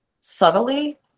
subtly